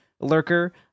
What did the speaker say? lurker